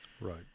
Right